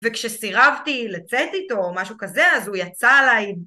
וכשסירבתי לצאת איתו או משהו כזה, אז הוא יצא עליי.